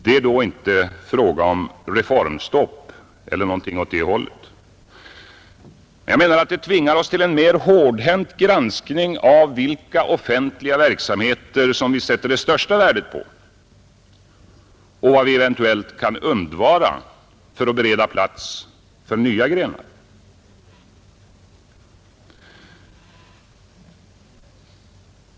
Det är då inte fråga om reformstopp eller något åt det hållet, men jag menar att vi tvingas göra en mer hårdhänt granskning än hittills av vilka offentliga verksamheter som vi sätter det största värdet på och vad vi eventuellt kan undvara för att bereda plats för nya grenar.